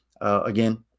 again